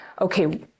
Okay